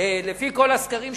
לפי כל הסקרים שהיו,